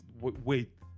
wait